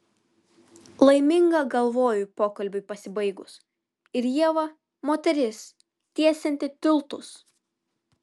laiminga galvojau pokalbiui pasibaigus ir ieva moteris tiesianti tiltus